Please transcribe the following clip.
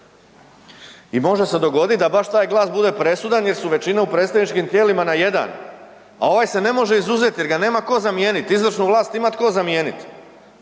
i može se dogodit da baš taj glas bude presudan jer su većina u predstavničkim tijelima na jedan, a ovaj se ne može izuzet jer ga nema tko zamijenit, izvršnu vlast ima tko zamijenit,